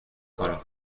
کنیم